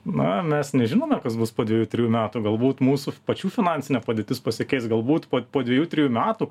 na mes nežinome kas bus po dviejų trijų metų galbūt mūsų pačių finansinė padėtis pasikeis galbūt po dviejų trejų metų